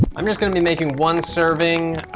i'm just gonna be making one serving,